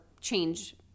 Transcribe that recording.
change